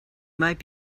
might